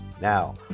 Now